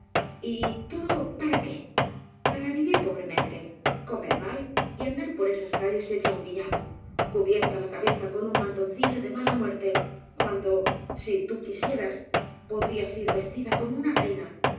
todo para qué para vivir po bremente comer mal y andar por esas calles hecha un guiñapo cubierta la cabeza con un mantoncillo de mala muerte cuando si tú quisieras podrías ir vestida como una reina